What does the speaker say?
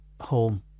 home